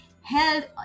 held